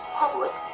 public